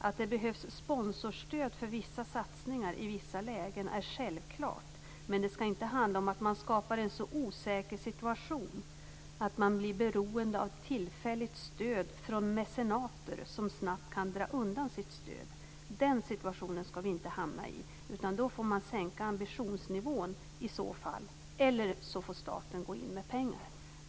Att det behövs sponsorstöd för vissa satsningar i vissa lägen är självklart. Men det skall inte handla om att man skapar en så osäker situation att man blir beroende av tillfälligt stöd från mecenater som snabbt kan dra undan sitt stöd. Den situationen skall vi inte hamna i. Då får man sänka ambitionsnivån i så fall, eller också får staten gå in med pengar.